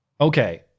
Okay